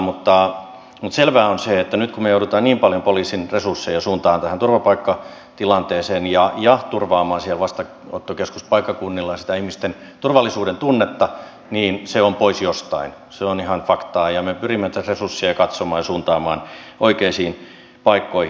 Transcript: mutta selvää on se että kun me joudumme nyt niin paljon poliisin resursseja suuntaamaan tähän turvapaikkatilanteeseen ja turvaamaan vastaanottokeskuspaikkakunnilla ihmisten turvallisuudentunnetta niin se on pois jostain se on ihan faktaa ja me pyrimme tätä resurssia katsomaan ja suuntaamaan oikeisiin paikkoihin